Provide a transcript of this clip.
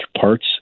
parts